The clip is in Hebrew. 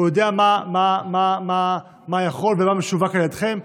הוא יודע מה יכול ומה משווק על ידכם.